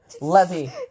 Levy